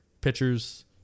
pitchers